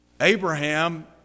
Abraham